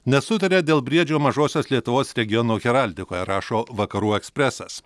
nesutaria dėl briedžio mažosios lietuvos regiono heraldikoje rašo vakarų ekspresas